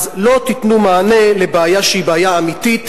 אז לא תיתנו מענה על בעיה שהיא בעיה אמיתית,